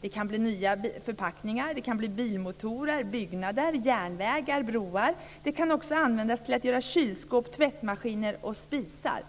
Det kan bli nya förpackningar, bilmotorer, byggnader, järnvägar, broar. Det kan också användas till att göra kylskåp, tvättmaskiner och spisar.